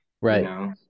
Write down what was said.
Right